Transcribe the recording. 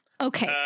Okay